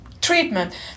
treatment